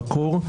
בקור,